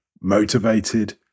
motivated